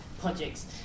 projects